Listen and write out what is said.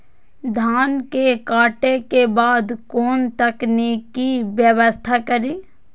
धान के काटे के बाद कोन तकनीकी व्यवस्था करी?